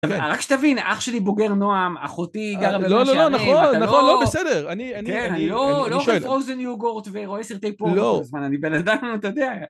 רק שתבין, אח שלי בוגר נועם, אחותי גרה במאה שערים, ואתה לא... נכון, נכון, לא בסדר, אני... כן, אני לא אוכל פרוזן יוגורט ורואה סרטי פורנו כל הזמן, אני בן אדם, אתה יודע...